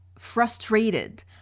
frustrated